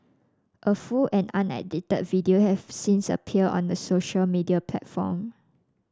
a full and unedited video had since appeared on a social media platform